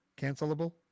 Cancelable